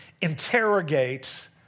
interrogate